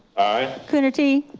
aye. coonerty?